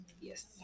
Yes